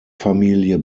familie